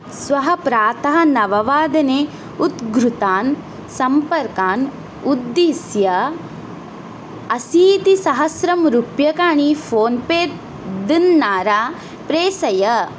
श्वः प्रातः नववादने उधृतान् सम्पर्कान् उद्दिश्य अशीतिसहस्रं रूप्यकाणि फ़ोन्पे द्वारा प्रेषय